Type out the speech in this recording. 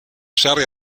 serie